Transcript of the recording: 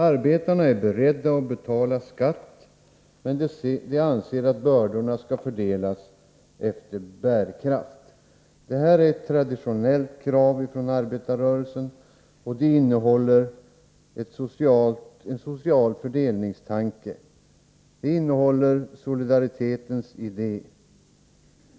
Arbetarna är beredda att betala skatt, men de anser att bördorna skall fördelas efter bärkraft. Detta är ett traditionellt krav från arbetarrörelsen, och det innehåller en social fördelningstanke. Det innehåller solidaritetens idé.